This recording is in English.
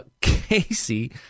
Casey